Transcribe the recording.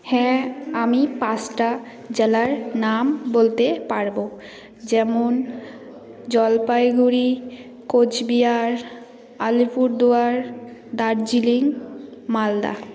হ্যাঁ আমি পাঁচটা জেলার নাম বলতে পারবো যেমন জলপাইগুড়ি কোচবিহার আলিপুরদুয়ার দার্জিলিং মালদা